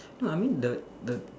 no I mean the the